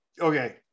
okay